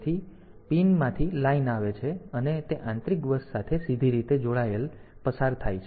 તેથી પિનમાંથી લાઇન આવે છે અને તે આંતરિક બસ સાથે સીધી રીતે જોડાયેલ આમાંથી પસાર થાય છે